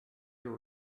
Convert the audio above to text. your